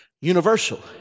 Universal